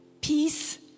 Peace